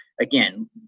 again